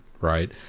right